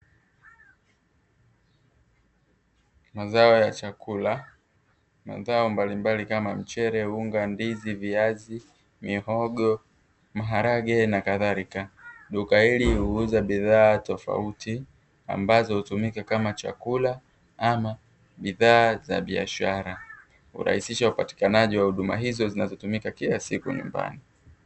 Mazao ya chakula mazao mbalimbali kama vile, mchele, unga , ndizi, viazi, mihogo, maharage nakadhalika duka hili huuza bidhaa tofauti ambazo hutumika kama chakula ama bidhaa za biashara kurahisisha upatikanaji wa huduma hizo zinazotumika kila siku nyumbani.